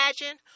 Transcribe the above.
imagine